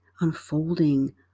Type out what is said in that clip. unfolding